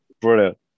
brilliant